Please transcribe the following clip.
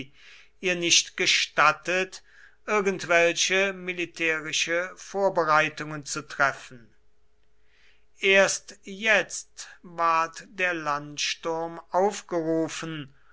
ihr nicht gestattet irgendwelche militärische vorbereitungen zu treffen erst jetzt ward der landsturm aufgerufen